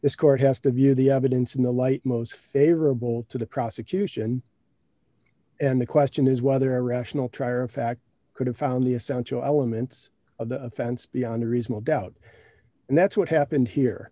this court has to view the evidence in the light most favorable to the prosecution and the question is whether a rational trier of fact could have found the essential elements of the offense beyond a reasonable doubt and that's what happened here